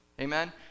Amen